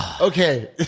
okay